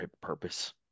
purpose